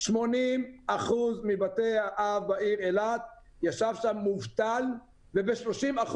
שב-80% מבתי האב בעיר אילת ישב שם מובטל וב-30%